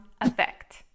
effect